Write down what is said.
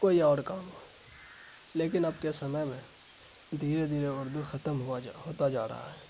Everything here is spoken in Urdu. کوئی اور کام لیکن اب کے سمے میں دھیرے دھیرے اردو ختم ہوتا جا رہا ہے